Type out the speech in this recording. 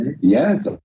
Yes